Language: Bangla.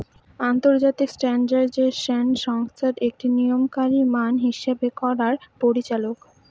আন্তর্জাতিক স্ট্যান্ডার্ডাইজেশন সংস্থা একটি নিয়ন্ত্রণকারী মান হিসাব করার পরিচালক